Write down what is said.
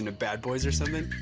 and bad boys or something?